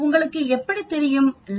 உங்களுக்கு எப்படி தெரியும் ƛ